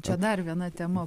čia dar viena tema